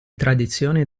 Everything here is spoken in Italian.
tradizioni